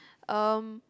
um